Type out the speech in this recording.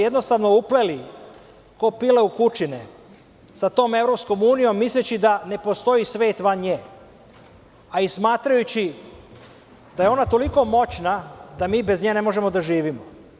Jednostavno smo se upleli ko pile u kučine sa tom EU misleći da ne postoji svet van nje, a i smatrajući da je ona toliko moćna da mi bez nje ne možemo da živimo.